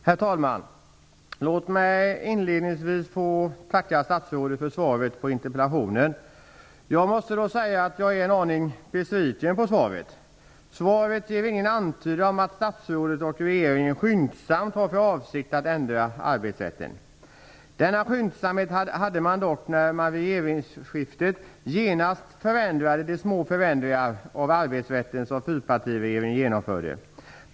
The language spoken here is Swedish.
Herr talman! Låt mig inledningsvis få tacka statsrådet för svaret på interpellationen. Jag måste säga att jag är en aning besviken på svaret. Svaret ger ingen antydan om att statsrådet och regeringen skyndsamt har för avsikt att ändra arbetsrätten. Denna skyndsamhet hade man dock när man vid regeringsskiftet genast förändrade de små förnyelser av arbetsrätten som fyrpartiregeringen genomförde.